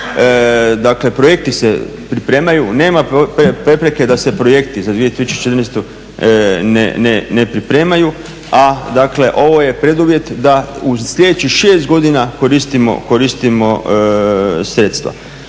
dakle projekti se pripremaju. Nema prepreke da se projekti za 2014. ne pripremaju, a dakle ovo je preduvjet da u sljedećih šest godina koristimo sredstva.